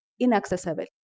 inaccessible